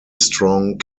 strong